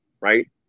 right